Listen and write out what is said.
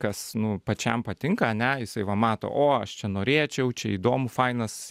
kas nu pačiam patinka ane jisai va mato o aš čia norėčiau čia įdomu fainas